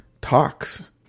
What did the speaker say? talks